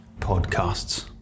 podcasts